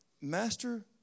Master